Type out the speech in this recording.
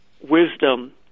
wisdom